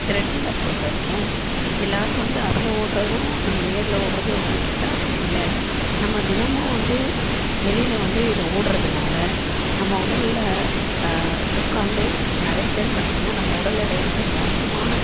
த்ரெட்மில்ல பொறுத்தவரைக்கும் எல்லாரும் வந்து அதில் ஓடுறதும் நம்ம நேர்ல ஓடுறதும் ஒன்னான்னு கேட்டால் இல்லை நம்ம தினமும் வந்து வெளியில வந்து இது ஓடுறதுனால நம்ம உடல்ல உட்காந்து நிறைய பேர் பார்த்திங்கனா நம்ம உடல் எடை வந்து மோசமான